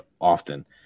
often